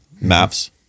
Maps